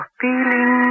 feeling